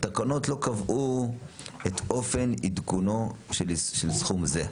התקנות לא קבעו את אופן עדכונו של סכום זה.